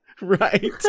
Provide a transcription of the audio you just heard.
Right